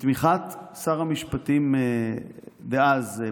בתמיכת שר המשפטים דאז פרופ'